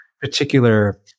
particular